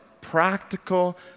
practical